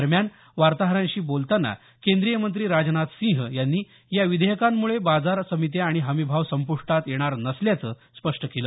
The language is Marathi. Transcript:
दरम्यान वार्ताहरांशी बोलताना केंद्रीय मंत्री राजनाथ सिंह यांनी या विधेयकांमुळे बाजार समित्या आणि हमी भाव संप्रष्टात येणार नसल्याचं स्पष्ट केलं